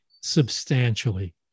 substantially